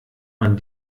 man